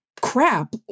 crap